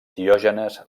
diògenes